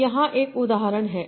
तो यहाँ एक उदाहरण है